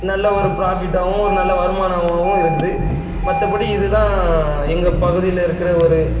நல்ல ஒரு ப்ராஃபிட்டாகவும் ஒரு நல்ல வருமானமாகவும் இருக்குது மற்றபடி இதுதான் எங்கள் பகுதியில் இருக்கிற ஒரு